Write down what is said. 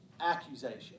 accusation